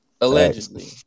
allegedly